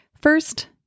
First